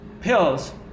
pills